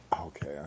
Okay